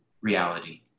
reality